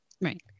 Right